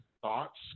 thoughts